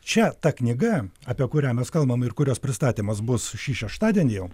čia ta knyga apie kurią mes kalbam ir kurios pristatymas bus šį šeštadienį jau